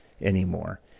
anymore